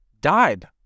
died